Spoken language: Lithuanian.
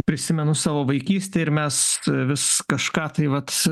prisimenu savo vaikystę ir mes vis kažką tai vat